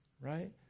right